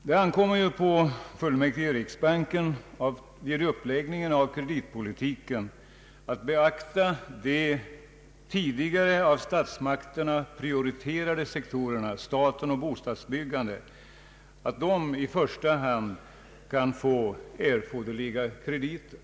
Det ankommer på fullmäktige i riksbanken att vid uppläggningen av kreditpolitiken beakta att de tidigare av statsmakterna prioriterade sektorerna, staten och bostadsbyggandet, i första hand kan få erforderliga krediter.